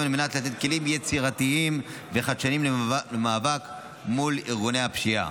על מנת לתת כלים יצירתיים וחדשניים למאבק מול ארגוני הפשיעה.